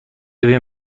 ببین